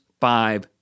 five